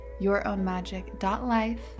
yourownmagic.life